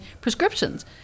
prescriptions